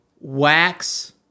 Wax